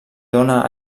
dóna